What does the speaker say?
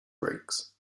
brakes